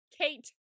Kate